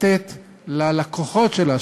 לתת ללקוחות שלה,